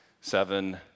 seven